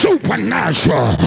Supernatural